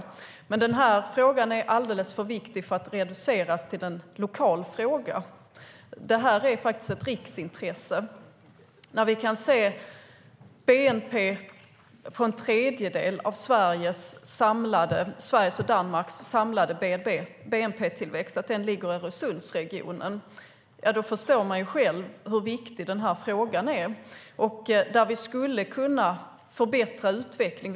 Denna fråga är alldeles för viktig för att reduceras till en lokal fråga. Detta är ett riksintresse. När vi kan se att en tredjedel av Sveriges och Danmarks samlade bnp-tillväxt sker i Öresundsregionen förstår man själv hur viktig frågan är. Vi skulle kunna förbättra utvecklingen.